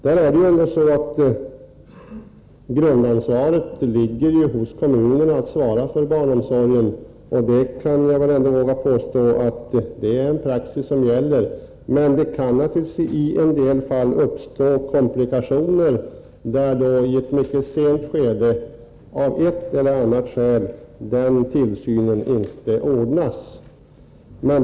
Grundansvaret för barnomsorgen ligger hos kommunerna. Det kan jag våga påstå är en praxis som gäller. Men det kan naturligtvis i en del fall uppstå komplikationer så att man i ett mycket sent skede av ett eller annat skäl inte kan ordna tillsynen.